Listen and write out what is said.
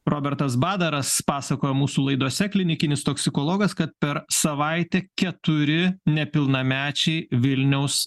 robertas badaras pasakojo mūsų laidose klinikinis toksikologas kad per savaitę keturi nepilnamečiai vilniaus